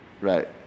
Right